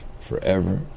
forever